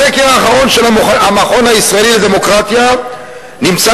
בסקר האחרון של המכון הישראלי לדמוקרטיה נמצא